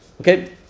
Okay